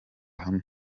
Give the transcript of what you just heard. hamwe